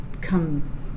come